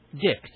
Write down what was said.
dick